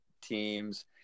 teams